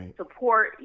support